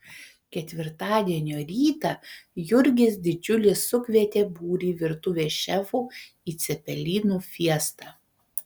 ketvirtadienio rytą jurgis didžiulis sukvietė būrį virtuvės šefų į cepelinų fiestą